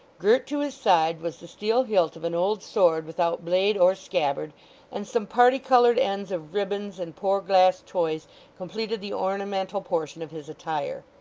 girt to his side was the steel hilt of an old sword without blade or scabbard and some particoloured ends of ribands and poor glass toys completed the ornamental portion of his attire.